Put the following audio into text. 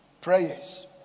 prayers